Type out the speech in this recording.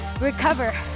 Recover